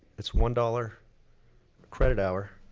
it's one dollars credit hour,